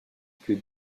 que